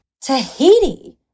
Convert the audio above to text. Tahiti